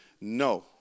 No